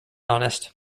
honest